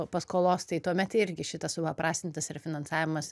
paskolos tai tuomet irgi šitas supaprastintas ir refinansavimas